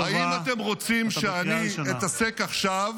-- האם אתם רוצים שאני אתעסק עכשיו